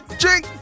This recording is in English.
drink